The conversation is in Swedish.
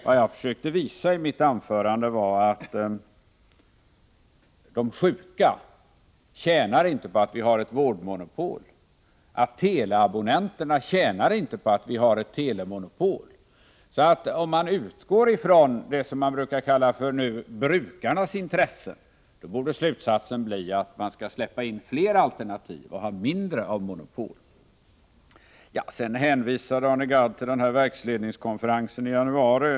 Vad jag försökte visa i mitt anförande var att de sjuka inte tjänar på att vi har ett vårdmonopol, att teleabonnenterna inte tjänar på att vi har ett telemonopol. Om man utgår ifrån det som nu kallas för ”brukarnas” intressen, borde slutsatsen bli att man skall släppa in flera alternativ och ha mindre av monopol. Arne Gadd hänvisade till verksledningskonferensen i januari.